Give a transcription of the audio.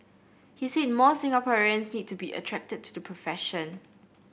he said more Singaporeans need to be attracted to the profession